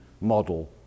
model